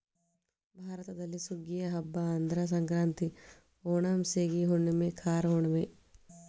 ಭಾರತದಲ್ಲಿ ಸುಗ್ಗಿಯ ಹಬ್ಬಾ ಅಂದ್ರ ಸಂಕ್ರಾಂತಿ, ಓಣಂ, ಸೇಗಿ ಹುಣ್ಣುಮೆ, ಕಾರ ಹುಣ್ಣುಮೆ